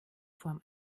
form